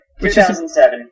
2007